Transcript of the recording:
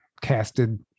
casted